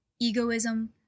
egoism